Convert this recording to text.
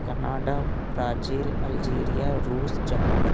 Canada Brazil Algeria रूस Japan